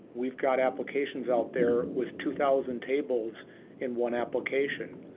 we've got applications out there with two thousand tables in one application.